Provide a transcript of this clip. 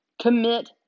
Commit